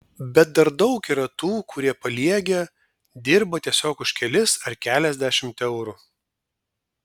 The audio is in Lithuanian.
bet dar daug yra tų kurie paliegę dirba tiesiog už kelis ar keliasdešimt eurų